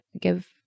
give